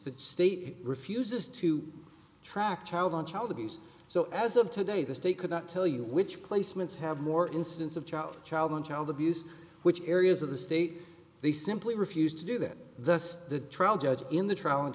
the state refuses to track child on child abuse so as of today the state could not tell you which placements have more incidents of child child and child abuse which areas of the state they simply refused to do that thus the trial judge in the trial